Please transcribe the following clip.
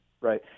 right